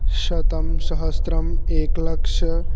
शतं सहस्रम् एकलक्षम्